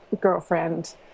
girlfriend